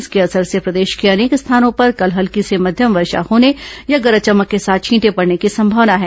इसके असर से प्रदेश के अनेक स्थानों पर कल हल्की से मध्यम वर्षा होने या गरज चमक के साथ छींटें पडने की संभावना है